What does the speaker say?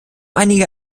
einige